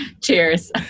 Cheers